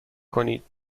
کنید